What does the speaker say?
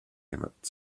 emmett